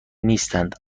نیستند